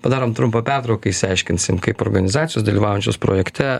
padarom trumpą pertrauką išsiaiškinsim kaip organizacijos dalyvaujančios projekte